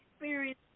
experience